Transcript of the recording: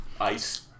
Ice